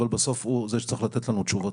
אבל בסוף הוא זה שצריך לתת לנו תשובות.